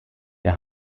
der